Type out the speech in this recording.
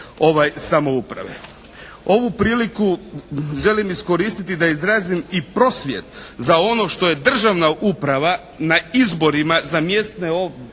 samouprave. Ovu priliku želim iskoristiti da izrazim i prosvjed za ono što je državna uprava na izborima za mjesne odbore,